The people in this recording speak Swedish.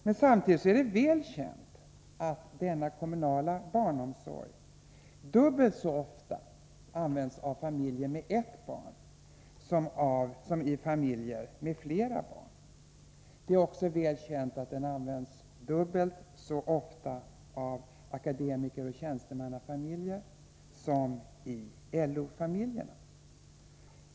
Men samtidigt är det väl känt att den kommunala barnomsorgen dubbelt så ofta används i familjer med ett barn som i familjer med flera barn. Det är också väl känt att den används dubbelt så ofta i akademikeroch tjänstemannafamiljer som i LO-familjer.